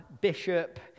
bishop